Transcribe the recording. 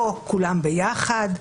לא כולם ביחד,